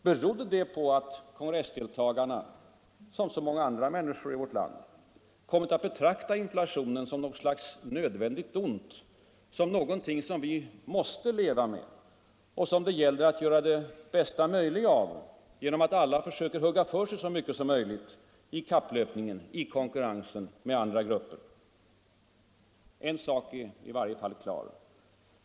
Berodde det på att kongressdeltagarna, som så många andra människor i vårt land, kommit att betrakta inflationen som ett nödvändigt ont, någonting som vi måste leva med och som det gäller att göra det bästa möjliga av genom att alla försöker hugga för sig så mycket som möjligt i kapplöpningen, i konkurrensen med andra grupper? En sak är i varje fall klar.